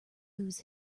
lose